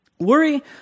Worry